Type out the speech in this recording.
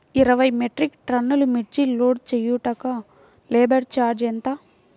ఇరవై మెట్రిక్ టన్నులు మిర్చి లోడ్ చేయుటకు లేబర్ ఛార్జ్ ఎంత?